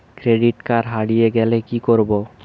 Credit card হারিয়ে গেলে কি করব?